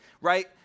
right